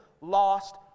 lost